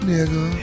Nigga